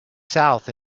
south